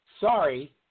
Sorry